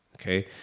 Okay